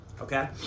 Okay